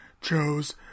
chose